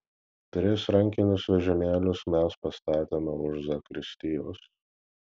tris rankinius vežimėlius mes pastatėme už zakristijos